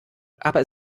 aber